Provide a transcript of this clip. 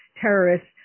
terrorists